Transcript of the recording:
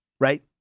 Right